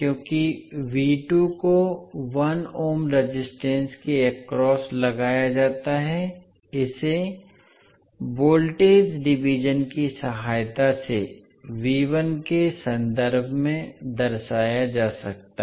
क्योंकि को 1 ohm resistance के अक्रॉस लगाया जाता है इसे वोल्टेज डिवीज़न की सहायता से के संदर्भ में दर्शाया जा सकता है